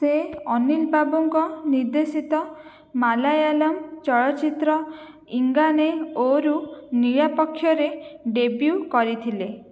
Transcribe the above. ସେ ଅନିଲ ବାବୁଙ୍କ ନିର୍ଦ୍ଦେଶିତ ମାଲାୟାଲମ୍ ଚଳଚ୍ଚିତ୍ର ଇଙ୍ଗାନେ ଓ'ରୁ ନିରପକ୍ଷରେ ଡେବ୍ୟୁ କରିଥିଲେ